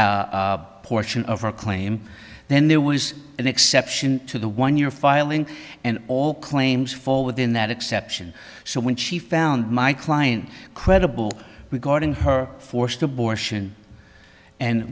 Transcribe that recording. portion of her claim then there was an exception to the one you're filing and all claims fall within that exception so when she found my client credible regarding her forced abortion and